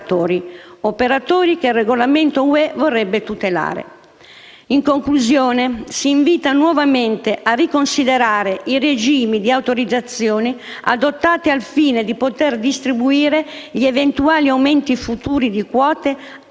operatori che il regolamento UE vorrebbe tutelare. In conclusione, si invita nuovamente a riconsiderare i regimi di autorizzazione adottati al fine di poter distribuire gli eventuali aumenti futuri di quote